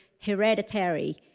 hereditary